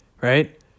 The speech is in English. right